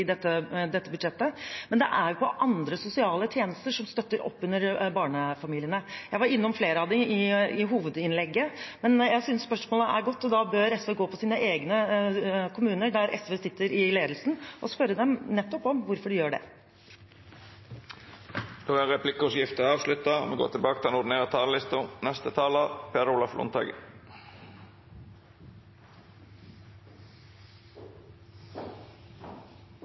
dette budsjettet ? men på andre sosiale tjenester som støtter opp under barnefamiliene. Jeg var innom flere av dem i hovedinnlegget, men jeg synes spørsmålet er godt. Da bør SV gå til sine egne kommuner der SV sitter i ledelsen, og spørre dem om hvorfor de gjør det. Replikkordskiftet er avslutta.